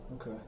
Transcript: okay